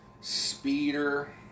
speeder